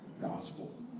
gospel